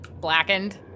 blackened